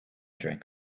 drank